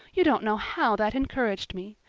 you don't know how that encouraged me.